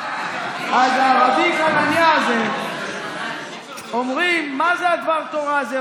אז רבי חנניה הזה אומרים: מה זה דבר התורה הזה,